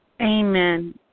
Amen